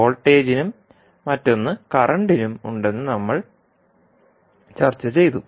വോൾട്ടേജിനും മറ്റൊന്ന് കറൻറിനും ഉണ്ടെന്ന് നമ്മൾ ചർച്ച ചെയ്തു